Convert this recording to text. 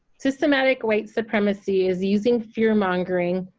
systemic white supremacy is using fear-mongering